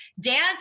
Dance